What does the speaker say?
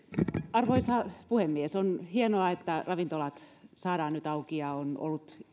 arvoisa puhemies on hienoa että ravintolat saadaan nyt auki ja on ollut